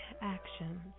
actions